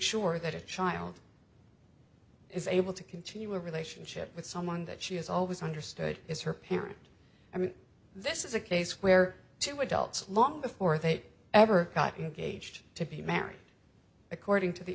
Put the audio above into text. sure that a child is able to continue a relationship with someone that she has always understood as her parent i mean this is a case where two adults long before they ever got engaged to be married according to the